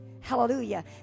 Hallelujah